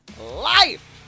life